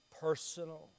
personal